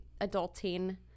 adulting